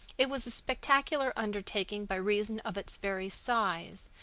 it was a spectacular undertaking by reason of its very size,